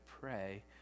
pray